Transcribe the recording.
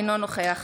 אינו נוכח